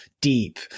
Deep